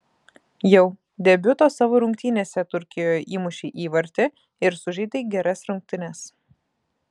jau debiuto savo rungtynėse turkijoje įmušei įvartį ir sužaidei geras rungtynes